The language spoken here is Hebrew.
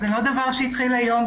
לא דבר שהתחיל היום,